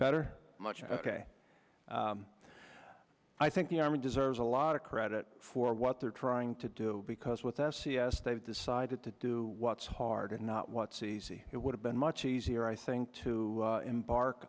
better much i think the army deserves a lot of credit for what they're trying to do because with s e s they've decided to do what's hard and not what's easy it would have been much easier i think to embark